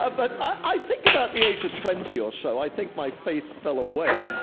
ah but i think about the age of twenty or so, i think my faith fell away.